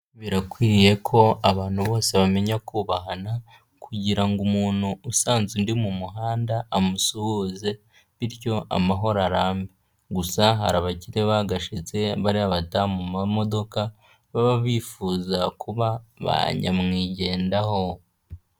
Birakwiriye ko abantu bose bamenya kubahana kugira ngo umuntu usanze undi mu muhanda amusuhuze bityo amahoro arambe. Gusa hari abakire bagashize bariya badaha mu mamodoka baba bifuza kuba ba nyamwigendaho.